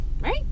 Right